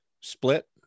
split